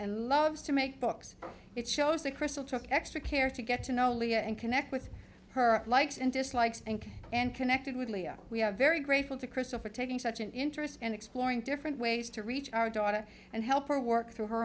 and loves to make books it shows the crystal took extra care to get to know leah and connect with her likes and dislikes and connected with leah we are very grateful to crystal for taking such an interest in exploring different ways to reach our daughter and help her work through her